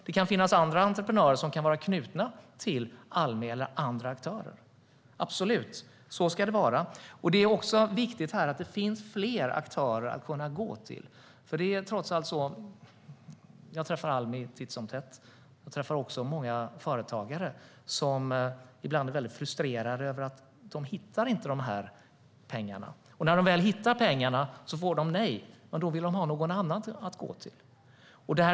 Det kan finnas andra entreprenörer som kan vara knutna till Almi eller till andra aktörer. Så ska det vara, absolut, och därför är det viktigt att det finns fler aktörer att kunna gå till. Jag träffar Almi titt som tätt. Jag träffar också många företagare, som ibland är väldigt frustrerade över att de inte hittar pengarna. När de väl hittar pengarna får de nej, och då vill de kunna gå till någon annan.